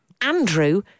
Andrew